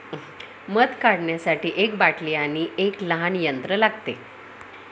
मध काढण्यासाठी एक बाटली आणि एक लहान यंत्र लागते